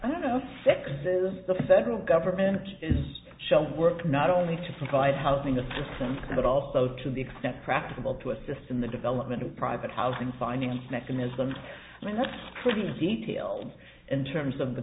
consider the federal government is shall work not only to provide housing assistance but also to the extent practicable to assist in the development of private housing finance mechanisms i mean that's pretty detail in terms of the